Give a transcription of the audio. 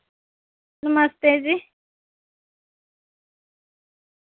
नमस्ते जी